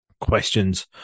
questions